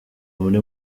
muri